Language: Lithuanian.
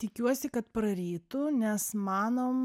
tikiuosi kad prarytų nes manom